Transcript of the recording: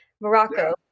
Morocco